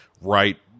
right